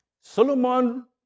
Solomon